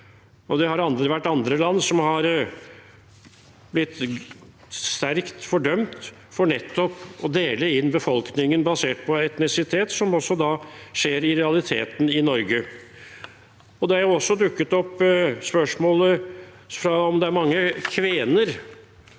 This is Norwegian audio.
Det har vært andre land som har blitt sterkt fordømt for nettopp å dele inn befolkningen basert på etnisitet, som også da i realiteten skjer i Norge. Det er også dukket opp spørsmål om hvorvidt det er mange kvener